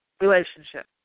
relationship